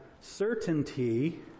certainty